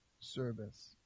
service